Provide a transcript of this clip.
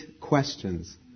questions